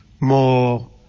more